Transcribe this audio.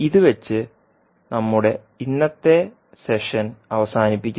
ഇതുവെച്ച് നമ്മുടെ ഇന്നത്തെ സെഷൻ അവസാനിപ്പിക്കുന്നു